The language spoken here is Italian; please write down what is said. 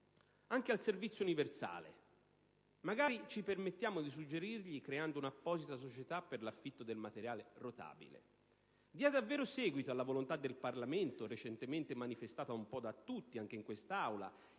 anche al servizio universale, magari - ci permettiamo di suggergli - creando un'apposita società per l'affitto del materiale rotabile. Dia davvero seguito alla volontà del Parlamento, recentemente manifestata anche in questa Aula